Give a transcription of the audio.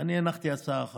אני הנחתי הצעה אחת.